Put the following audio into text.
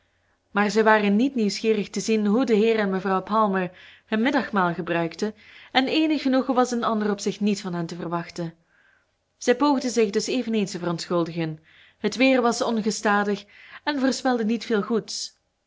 maar zij waren niet nieuwsgierig te zien hoe de heer en mevrouw palmer hun middagmaal gebruikten en eenig genoegen was in ander opzicht niet van hen te wachten zij poogden zich dus eveneens te verontschuldigen het weer was ongestadig en voorspelde niet veel goeds